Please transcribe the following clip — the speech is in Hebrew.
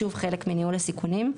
שוב, חלק מניהול הסיכונים,